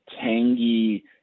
tangy